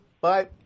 bye